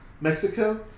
Mexico